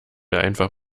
einfach